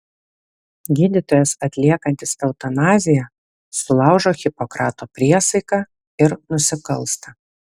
gydytojas atliekantis eutanaziją sulaužo hipokrato priesaiką ir nusikalsta